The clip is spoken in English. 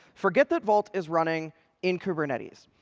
forget that vault is running in kubernetes.